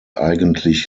eigentlich